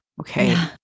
okay